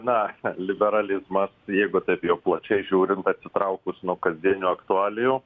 na liberalizmas jeigu taip jau plačiai žiūrint atsitraukus nuo kasdienių aktualijų